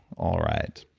all right.